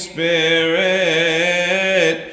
Spirit